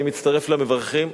אני מצטרף למברכים.